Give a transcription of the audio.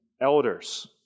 elders